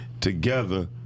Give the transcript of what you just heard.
together